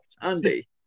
Andy